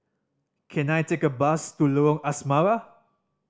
can I take a bus to Lorong Asrama